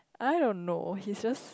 I don't know he's just